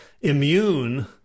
immune